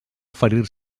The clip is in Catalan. oferir